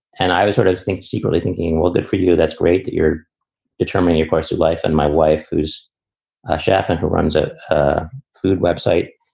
and i sort of think secretly thinking, well, good for you. that's great that you're determining your course of life. and my wife, who's a chef and who runs a food web site,